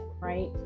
right